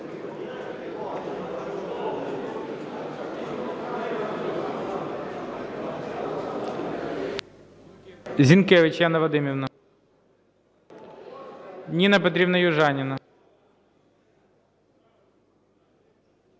Зінкевич Яна Вадимівна. Ніна Петрівна Южаніна.